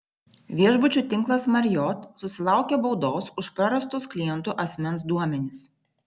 viešbučių tinklas marriott susilaukė baudos už prarastus klientų asmens duomenis